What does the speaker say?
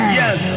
yes